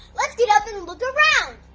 let's get up and look around!